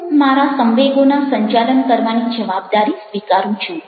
હું મારા સંવેગોના સંચાલન કરવાની જવાબદારી સ્વીકારું છું